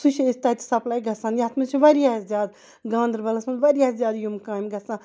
سہُ چھِ اَسہِ تَتہِ سَپلاے گَژھان یَتھ مَنٛز چھِ واریاہ زیاد گاندَربَلَس مَنٛز واریاہ زیادٕ یِم کامہِ گَژھان